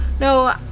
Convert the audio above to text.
No